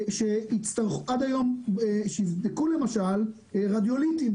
שיבדקו למשל רדיולינטים